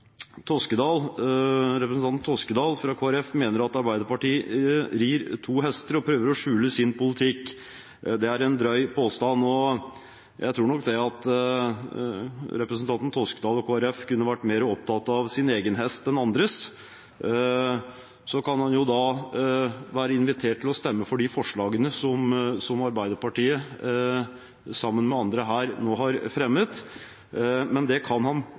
Arbeiderpartiet rir to hester og prøver å skjule sin politikk. Det er en drøy påstand, og jeg tror nok at representanten Toskedal og Kristelig Folkeparti kunne vært mer opptatt av sin egen hest enn andres. Så kan han jo være invitert til å stemme for de forslagene som Arbeiderpartiet, sammen med andre, nå har fremmet. Men det kan han